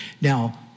Now